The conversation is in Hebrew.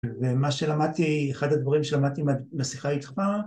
ומה שלמדתי, אחד הדברים שלמדתי בשיחה איתך